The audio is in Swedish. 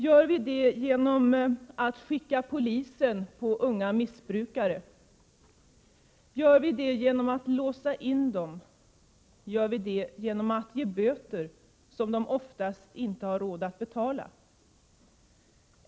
Gör vi det genom att skicka polisen på unga missbrukare, genom att låsa in dem eller genom att ge böter som de oftast inte har råd att betala?